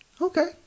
Okay